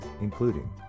including